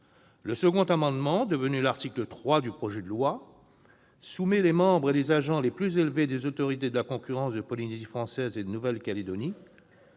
Le second amendement, devenu l'article 3 du projet de loi, soumet les membres et les agents des grades les plus élevés des autorités de la concurrence de la Polynésie française et de la Nouvelle-Calédonie